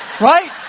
right